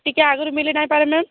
ଟିକେ ଆଗରୁ ମିଳି ନାଇଁ ପାରେ ମ୍ୟାମ